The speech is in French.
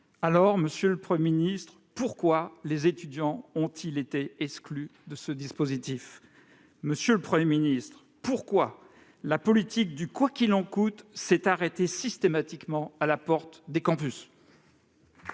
bénéficier de cette prime. Pourquoi les étudiants ont-ils été exclus de ce dispositif ? Monsieur le Premier ministre, pourquoi la politique du « quoi qu'il en coûte » s'est-elle arrêtée systématiquement à la porte des campus ?